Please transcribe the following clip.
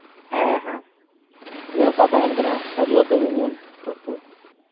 ᱦᱮᱸ ᱦᱮᱸ ᱱᱮᱣᱛᱟ ᱛᱟᱦᱮᱱ ᱠᱟᱱᱟ ᱦᱤᱡᱩᱜ ᱟᱯᱮ ᱧᱮᱧᱮᱞ